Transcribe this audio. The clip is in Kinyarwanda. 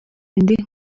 indi